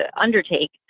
undertake